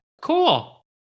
Cool